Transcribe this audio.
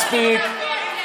מספיק.